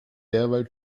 derweil